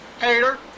Hater